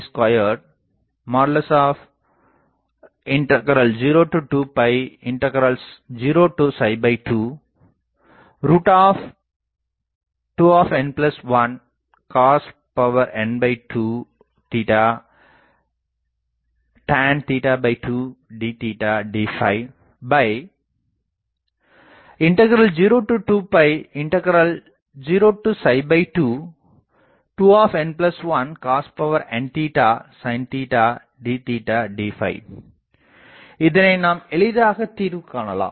i4f2a202022n112 cosn2 tan 2 d d202022n1 cosn sin d d இதனை நாம் எளிதாகத் தீர்வு காணலாம்